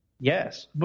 Yes